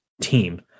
team